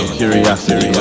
curiosity